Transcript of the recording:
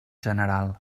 general